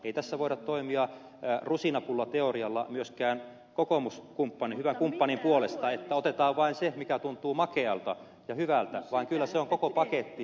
ei tässä voida toimia rusinapullateorialla myöskään hyvän kokoomuskumppanin puolelta että otetaan vain se mikä tuntuu makealta ja hyvältä vaan kyllä se on koko paketti